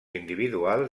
individuals